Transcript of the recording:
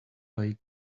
late